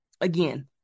again